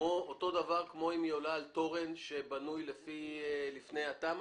כמו לאנטנה שעולה על תורן שבנוי עוד לפני התמ"א?